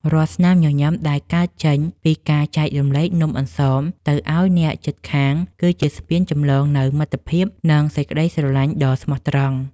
រាល់ស្នាមញញឹមដែលកើតចេញពីការចែករំលែកនំអន្សមទៅឱ្យអ្នកជិតខាងគឺជាស្ពានចម្លងនូវមិត្តភាព និង សេចក្ដីស្រឡាញ់ដ៏ស្មោះត្រង់។